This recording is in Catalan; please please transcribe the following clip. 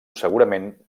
segurament